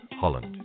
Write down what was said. Holland